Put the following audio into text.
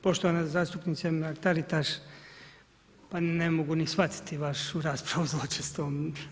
Poštovana zastupnice Mrak-Taritaš, pa ne mogu ni shvatiti vašu raspravu zločestom.